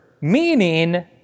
meaning